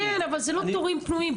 כן, אבל זה לא תורים פנויים.